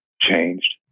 changed